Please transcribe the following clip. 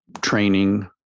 training